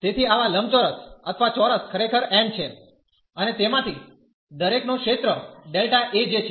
તેથી આવા લંબચોરસ અથવા ચોરસ ખરેખર n છે અને તેમાંથી દરેકનો ક્ષેત્ર Δ A j છે